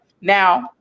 Now